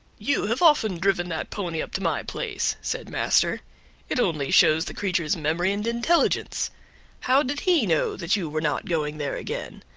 you have often driven that pony up to my place, said master it only shows the creature's memory and intelligence how did he know that you were not going there again?